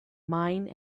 mine